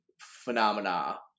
phenomena